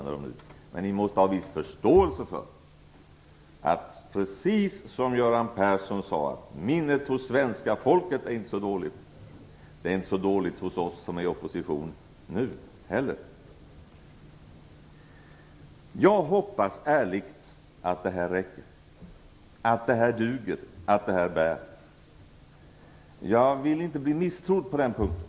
Ni måste, precis som Göran Persson sade, ha viss förståelse för att minnet hos svenska folket inte är så dåligt. Det är inte heller så dåligt hos oss som nu är i opposition. Jag hoppas ärligt att det här räcker, att det här duger och att det här bär. Jag vill inte bli misstrodd på den punkten.